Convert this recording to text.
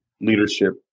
leadership